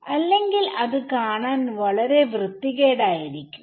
അല്ലെങ്കിൽ അത് കാണാൻ വളരെ വൃത്തികേടായിരിക്കും